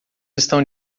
estão